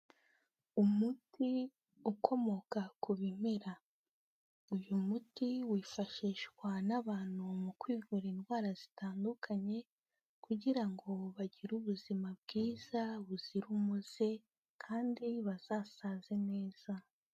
Umuti ukomoka ku bimera, uyu muti wifashishwa n'abantu mu kwivura indwara zitandukanye kugira ngo bagire ubuzima bwiza buzira umuze kandi bazasaze neza.